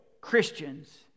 Christians